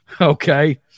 Okay